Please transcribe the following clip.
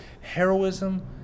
heroism